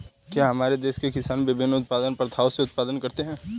क्या हमारे देश के किसान विभिन्न उत्पादन प्रथाओ से उत्पादन करते हैं?